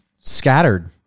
scattered